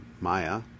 maya